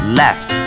left